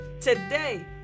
Today